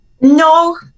No